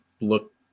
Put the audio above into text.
look